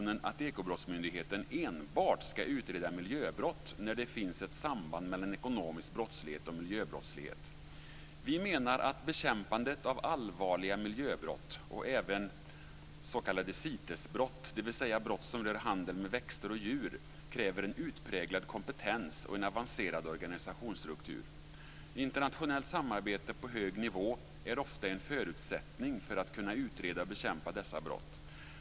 Ekobrottsmyndigheten enbart ska utreda miljöbrott när det finns ett samband mellan ekonomisk brottslighet och miljöbrottslighet. Vi menar att bekämpandet av allvarliga miljöbrott och även s.k. CITES-brott, dvs. brott som rör handel med växter och djur, kräver en utpräglad kompetens och en avancerad organisationsstruktur. Internationellt samarbete på hög nivå är ofta en förutsättning för att kunna utreda och bekämpa dessa brott.